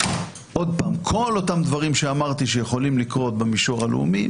כל אותם דברים שאמרתי שיכולים לקרות במישור הלאומי,